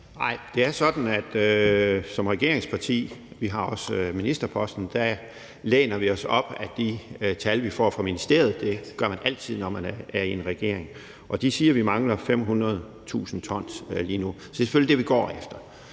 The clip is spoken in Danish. Nej, det er sådan, at vi som regeringsparti – og vi har også ministerposten – læner os op ad de tal, vi får fra ministeriet. Det gør man altid, når man er i en regering, og de siger, at vi mangler 500.000 t lige nu. Så det er selvfølgelig det, vi går efter.